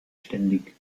ständig